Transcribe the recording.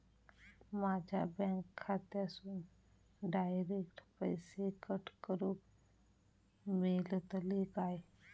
माझ्या बँक खात्यासून डायरेक्ट पैसे कट करूक मेलतले काय?